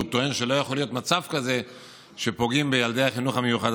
והוא טוען שלא יכול להיות מצב כזה שפוגעים בילדי החינוך המיוחד,